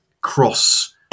cross